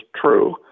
true